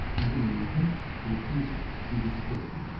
and in an attempt to retrieve it, he was killed.